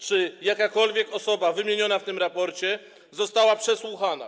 Czy jakakolwiek osoba wymieniona w tym raporcie została przesłuchana?